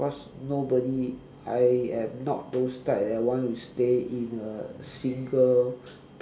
cause nobody I am not those type that want to stay in a single